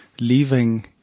leaving